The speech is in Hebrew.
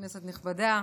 כנסת נכבדה,